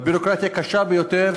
והביורוקרטיה קשה ביותר,